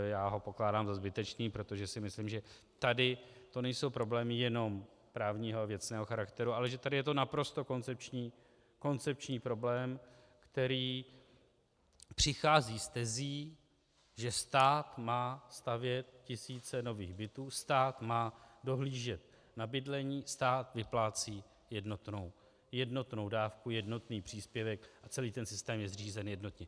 Já ho pokládám za zbytečný, protože si myslím, že tady to nejsou problémy jenom právního a věcného charakteru, ale že tady je to naprosto koncepční problém, který přichází s tezí, že stát má stavět tisíce nových bytů, stát má dohlížet na bydlení, stát vyplácí jednotnou dávku, jednotný příspěvek a celý ten systém je zřízen jednotně.